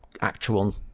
actual